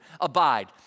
abide